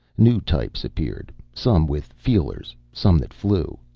new types appeared, some with feelers, some that flew.